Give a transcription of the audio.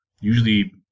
usually